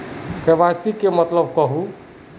KYC के मतलब केहू?